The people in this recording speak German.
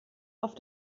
auf